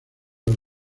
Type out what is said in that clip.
los